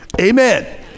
amen